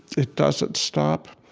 it doesn't stop,